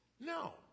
No